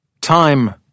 Time